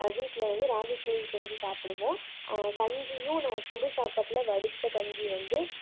வீட்டில் வந்து ராகிகூழ் செஞ்சு சாப்பிடுவோம் கஞ்சியும் நான் சுடு சாப்பாடில் வடித்த கஞ்சி வந்து